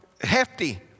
hefty